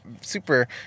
super